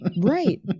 Right